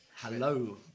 Hello